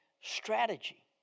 strategy